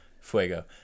Fuego